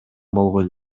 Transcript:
болгон